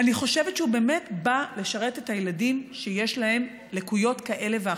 אני חושבת שהוא באמת בא לשרת את הילדים שיש להם לקויות כאלה ואחרות,